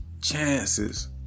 chances